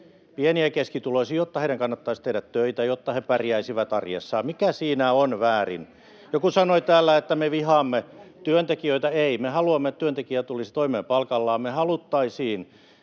pieni- ja keskituloisten, jotta heidän kannattaisi tehdä töitä, jotta he pärjäisivät arjessaan. Mikä siinä on väärin? Joku sanoi täällä, että me vihaamme työntekijöitä. Ei, me haluamme, että työntekijä tulisi toimeen palkallaan. Me haluttaisiin,